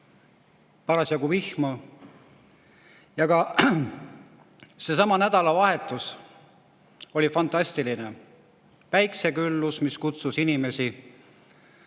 parasjagu vihma. Ka seesama nädalavahetus oli fantastiline: päikseküllus, mis kutsus inimesi